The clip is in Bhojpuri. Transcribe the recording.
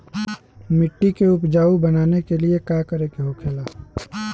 मिट्टी के उपजाऊ बनाने के लिए का करके होखेला?